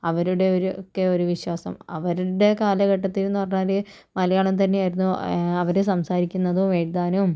അവരുടെ ഒരു ഒക്കെ ഒരു വിശ്വാസം അവരുടെ കാലഘത്തിലെന്ന് പറഞ്ഞാൽ മലയാളം തന്നെയായിരുന്നു അവർ സംസാരിക്കുന്നതും എഴുതാനും